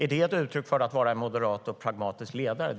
Är det ett uttryck för att vara en moderat och pragmatisk ledare?